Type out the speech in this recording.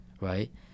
right